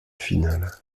finale